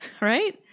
right